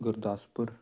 Gurdaspur